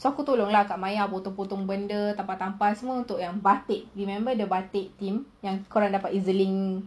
so aku tolong ah kak maya potong-potong benda tampal-tampal semua untuk batik remember the batik thing yang korang dapat EZ-link